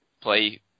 play